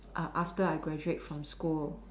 after I graduate from school